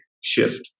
shift